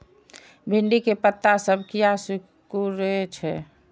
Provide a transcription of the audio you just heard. भिंडी के पत्ता सब किया सुकूरे छे?